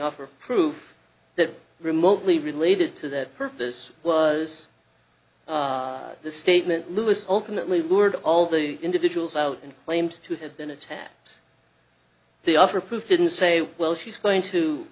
offer proof that remotely related to that purpose was the statement louis ultimately lured all the individuals out and claimed to have been attacked they offer proof didn't say well she's going to